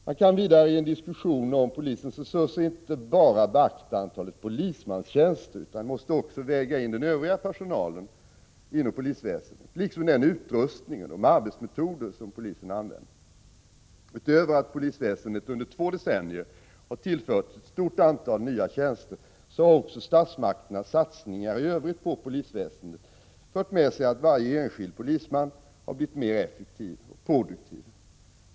Man kan vidare i en diskussion om polisens resurser inte bara beakta antalet polismanstjänster utan måste också väga in den övriga personalen inom polisväsendet liksom den utrustning och de arbetsmetoder som polisen använder. Utöver att polisväsendet under två decennier har tillförts ett stort antal nya tjänster har också statsmakternas satsningar i övrigt på polisväsendet medfört att varje enskild polisman har blivit mer effektiv och produktiv.